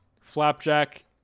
flapjack